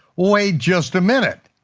wait just a minute.